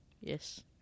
Yes